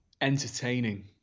Entertaining